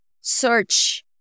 search